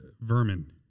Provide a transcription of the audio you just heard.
vermin